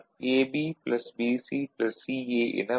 A என வரும்